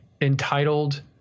entitled